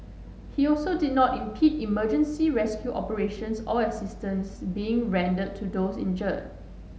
he also did not impede emergency rescue operations or assistance being rendered to those injured